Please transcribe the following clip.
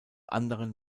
anderen